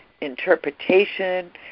interpretation